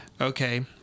Okay